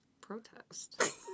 protest